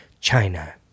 China